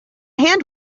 hand